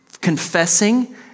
Confessing